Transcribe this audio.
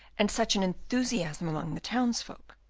and such an enthusiasm among the townsfolk,